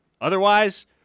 Otherwise